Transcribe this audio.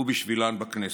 והוא בשבילן בכנסת.